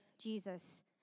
Jesus